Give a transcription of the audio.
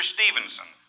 Stevenson